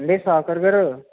ఏవండి షౌకార్గారు